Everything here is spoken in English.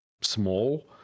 small